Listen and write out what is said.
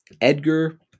Edgar